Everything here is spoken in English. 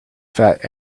fat